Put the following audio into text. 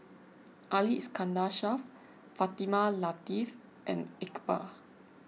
Ali Iskandar Shah Fatimah Lateef and Iqbal